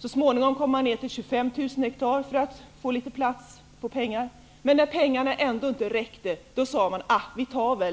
Så småningom kom man fram till 25 000 ha. Men när pengarna ändå inte räckte gick man ner